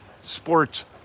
sports